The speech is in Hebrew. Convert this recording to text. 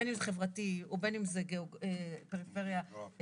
בין אם זה חברתי ובין אם זה פריפריה גיאוגרפית,